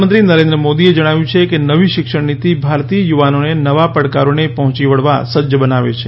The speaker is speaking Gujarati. પ્રધાનમંત્રી નરેન્દ્ર મોદીએ જણાવ્યું છે કે નવી શિક્ષણ નીતિ ભારતીય યુવાનોને નવા પડકારોને પહોંચી વળવા સજ્જ બનાવે છે